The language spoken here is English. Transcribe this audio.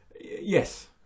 Yes